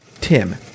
Tim